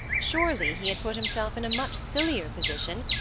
surely he had put himself in a much sillier position,